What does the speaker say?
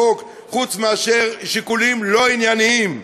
החוק חוץ מאשר שיקולים לא ענייניים?